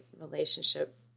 relationship